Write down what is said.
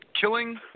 killing